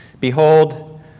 Behold